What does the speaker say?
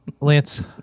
Lance